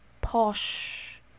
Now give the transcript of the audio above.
posh